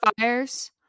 fires